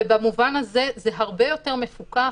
כך שבמובן הזה זה הרבה יותר מפוקח